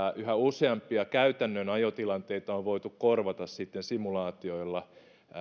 yhä useampia käytännön ajotilanteita on on voitu korvata simulaatioilla